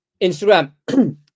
Instagram